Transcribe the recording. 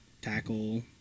tackle